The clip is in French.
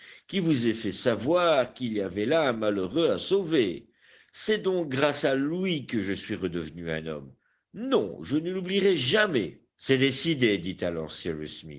qui vous ait fait savoir qu'il y avait là un malheureux à sauver c'est donc grâce à lui que je suis redevenu un homme non je ne l'oublierai jamais c'est décidé dit alors